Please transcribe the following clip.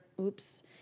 oops